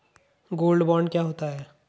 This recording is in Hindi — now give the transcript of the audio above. गोल्ड बॉन्ड क्या होता है?